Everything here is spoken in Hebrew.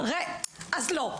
אז לא,